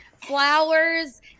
Flowers